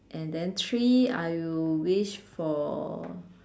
and then three I will wish for